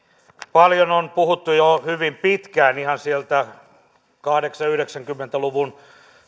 paljon on puhuttu ja jo hyvin pitkään ihan sieltä kahdeksankymmentä viiva yhdeksänkymmentä lukujen